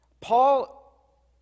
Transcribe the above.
Paul